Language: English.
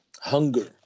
hunger